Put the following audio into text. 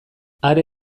are